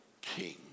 king